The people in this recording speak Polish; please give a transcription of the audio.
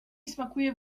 smakuje